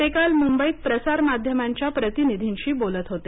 ते काल मुंबईत प्रसार माध्यमांच्या प्रतिनिधींशी बोलत होते